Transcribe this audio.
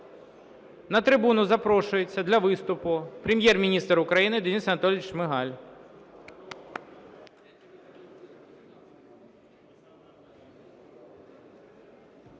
На трибуну запрошується для виступу Прем'єр-міністр України Денис Анатолійович Шмигаль.